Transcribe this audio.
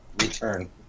return